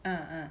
uh uh